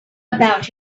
about